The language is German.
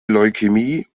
leukämie